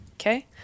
Okay